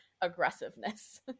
aggressiveness